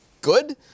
good